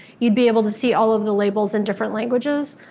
you'd be able to see all of the labels in different languages.